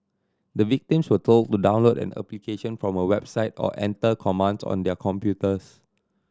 the victims were told to download an application from a website or enter commands on their computers